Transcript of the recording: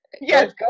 yes